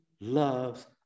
loves